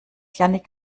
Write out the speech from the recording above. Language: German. jannick